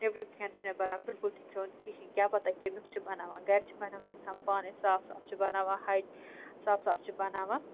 نیٚبرِم کھٮ۪ن چھِنہٕ بَنان بِلکُل تہِ کھیوٚن کِہیٖنٛۍ کیٛاہ پَتہٕ کَمیُک چھِ بَناوان گَر چھِ بَناوان اِنسان پانَے صاف صاف چھِ بَناوان ہاے صاف صاف چھِ بَناوان